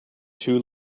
two